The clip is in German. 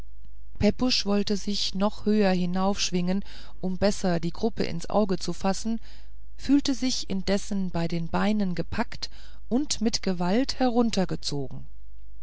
pepusch wollte sich noch höher hinaufschwingen um besser die gruppe ins auge zu fassen fühlte sich indessen bei den beinen gepackt und mit gewalt heruntergezogen